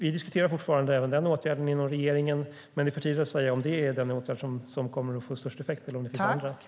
Vi diskuterar fortfarande även den åtgärden inom regeringen, men det är för tidigt att säga om det är den åtgärd som kommer att få störst effekt eller om det finns andra.